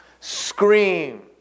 scream